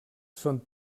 són